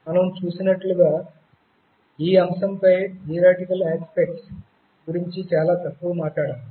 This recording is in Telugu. మనం చూసినట్లుగా ఈ అంశంపై థియరిటికల్ ఆస్పెక్ట్స్ గురించి చాలా తక్కువ మాట్లాడాము